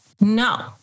No